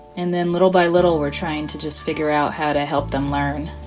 and then, little by little, we're trying to just figure out how to help them learn.